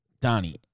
Donnie